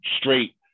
straight